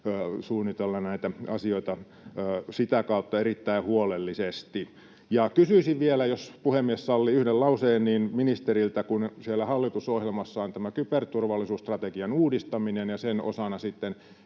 suunnitella näitä asioita erittäin huolellisesti. Ja kysyisin vielä, jos puhemies sallii, yhden lauseen ministeriltä: Kun siellä hallitusohjelmassa on tämä kyberturvallisuusstrategian uudistaminen ja sen osana sitten